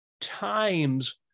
times